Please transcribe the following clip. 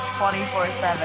24-7